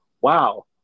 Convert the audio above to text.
wow